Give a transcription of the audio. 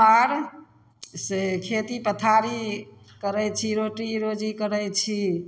आओर से खेती पथारी करै छी रोटी रोजी करै छी